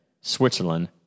Switzerland